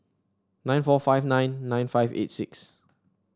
nine four five nine nine five eight six